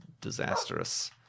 disastrous